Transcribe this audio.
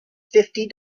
fifty